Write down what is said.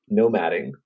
nomading